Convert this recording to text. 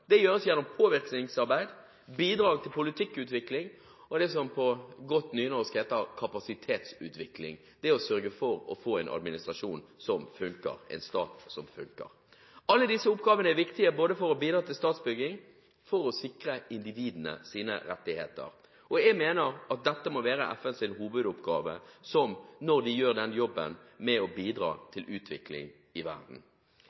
Det gjøres gjennom påvirkningsarbeid, bidrag til politikkutvikling, og det som på godt nynorsk heter kapasitetsutvikling: sørge for å få en administrasjon som funker, en stat som funker. Alle disse oppgavene er viktige for både å bidra til statsbygging og for å sikre individenes rettigheter. Jeg mener dette må være FNs hovedoppgave, gjøre jobben med å bidra til utvikling i verden.